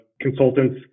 consultants